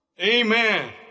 Amen